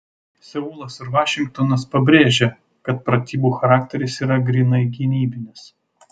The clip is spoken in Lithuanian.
seulas ir vašingtonas pabrėžė kad pratybų charakteris yra grynai gynybinis